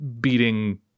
beating